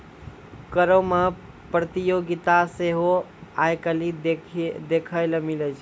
करो मे प्रतियोगिता सेहो आइ काल्हि देखै लेली मिलै छै